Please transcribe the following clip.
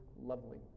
Lovely